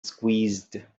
squeezed